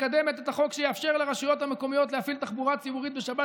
מקדמת את החוק שיאפשר לרשויות המקומיות להפעיל תחבורה ציבורית בשבת,